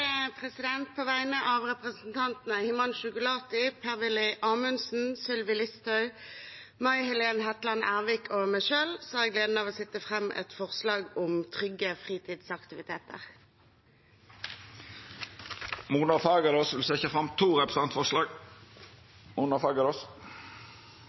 På vegne av representantene Himanshu Gulati, Per-Willy Amundsen, Sylvi Listhaug, May Helen Hetland Ervik og meg selv har jeg gleden av å framsette et forslag om trygge fritidsaktiviteter. Mona Fagerås vil setja fram to representantforslag.